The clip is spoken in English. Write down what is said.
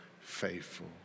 faithful